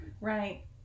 right